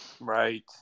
Right